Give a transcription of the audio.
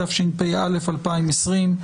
התשפ"א 2020,